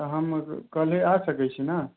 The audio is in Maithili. तऽ हम काल्हि आ सकैत छी ने